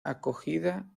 acogida